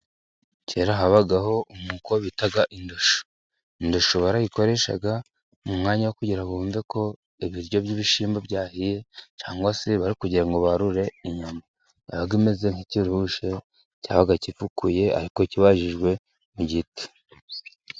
Kera habagaho umwuko bitaga indosho. Indosho barayikoresha mu mwanya wo kugira ngo bumve ko ibiryo by'ibishyimbo byahiye, cyangwa se bari kugira ngo barure inyama. Yabaga imeze nk'ikirushe cyabaga gifukuye ariko kibajijwe mu giti.